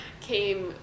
came